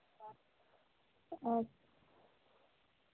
अच्छ